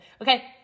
Okay